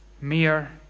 Mere